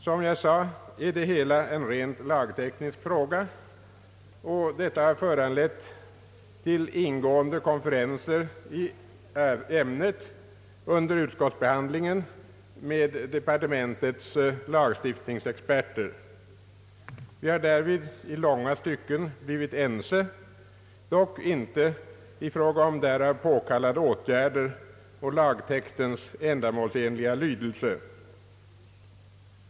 Som jag redan sagt är det hela en rent lagteknisk fråga, och detta har föranlett ingående konferenser i ämnet under utskottets behandling med departementets lagstiftningsexperter. Vi har därvid i långa stycken blivit ense, dock inte i fråga om därav påkallade åtgärder och lagtextens ändamålsenliga lydelse.